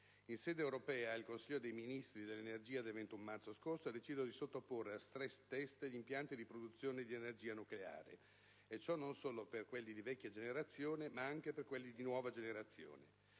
In sede europea, il Consiglio dei ministri europei dell'energia, il 21 marzo scorso, ha deciso di sottoporre a *stress test* gli impianti di produzione di energia nucleare, e ciò non solo per quelli di vecchia generazione, ma anche per quelli di nuova generazione.